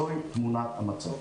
זאת תמונת המצב.